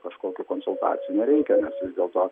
kažkokių konsultacijų nereikia nes vis dėlto